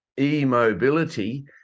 e-mobility